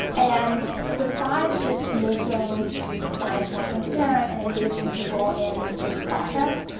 and besides just making science more transparent and engaging people in this process,